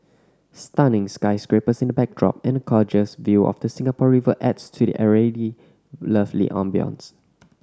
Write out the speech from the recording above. stunning sky scrapers in the backdrop and a gorgeous view of the Singapore River adds to the already lovely ambience